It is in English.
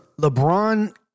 LeBron